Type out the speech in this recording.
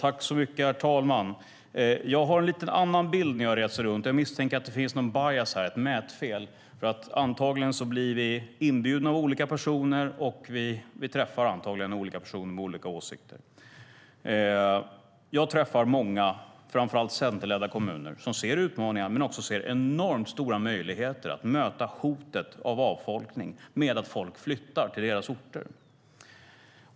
Herr talman! Jag får en något annan bild när jag reser runt. Jag misstänker att det finns någon bias, ett mätfel, här. Antagligen blir vi inbjudna av olika personer, och antagligen träffar vi olika personer med olika åsikter. Jag träffar många, framför allt centerledda kommuner, som ser utmaningar men också enormt stora möjligheter att möta hotet om avfolkning med att folk flyttar till deras orter.